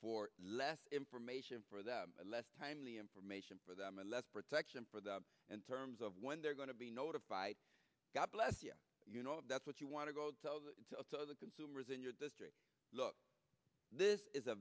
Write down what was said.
for less information for them and less timely information for them and less protection for the in terms of when they're going to be notified god bless you you know if that's what you want to go tell that to the consumers in your district look this is a